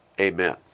Amen